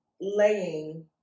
laying